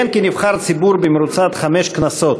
כיהן כנבחר ציבור בחמש כנסות: